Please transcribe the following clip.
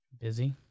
Busy